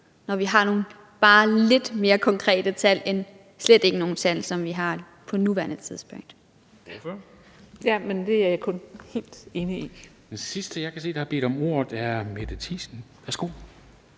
når vi har nogle bare lidt mere konkrete tal end slet ikke nogen tal, sådan som vi har på nuværende tidspunkt.